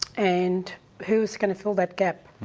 and who's gonna fill that gap?